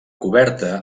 coberta